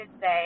say